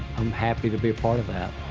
i'm happy to be a part of that.